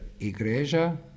igreja